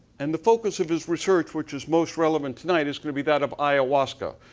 and the focus of his research which is most relevant tonight is gonna be that of ayahuasca,